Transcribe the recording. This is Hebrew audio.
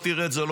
לא תראה את זה,